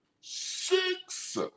Six